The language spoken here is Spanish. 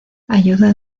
ayuda